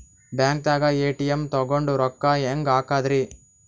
ಬ್ಯಾಂಕ್ದಾಗ ಎ.ಟಿ.ಎಂ ತಗೊಂಡ್ ರೊಕ್ಕ ಹೆಂಗ್ ಹಾಕದ್ರಿ?